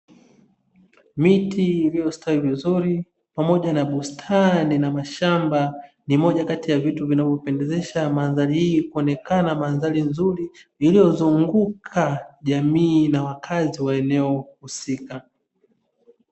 Miti iliyostawi vizuri pamoja na majani na mashamba ni moja kati ya vitu vinavyo pendezesha mandhari hii kuonekana mandhari nzuri iliyozunguka jamii na wakazi wa eneo husika.